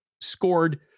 scored